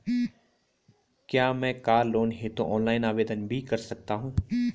क्या मैं car loan हेतु ऑनलाइन आवेदन भी कर सकता हूँ?